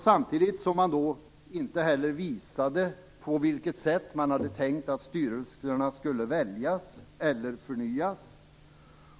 Man visade inte heller på vilket sätt man hade tänkt att styrelserna skulle väljas eller förnyas.